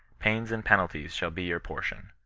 pains and penalties, shau be your portion.